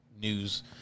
news